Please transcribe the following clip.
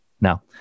Now